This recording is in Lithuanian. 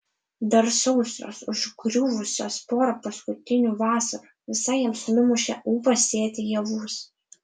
dar sausros užgriuvusios porą paskutinių vasarų visai jiems numušė ūpą sėti javus